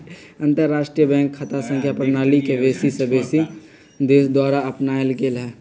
अंतरराष्ट्रीय बैंक खता संख्या प्रणाली के बेशी से बेशी देश द्वारा अपनाएल गेल हइ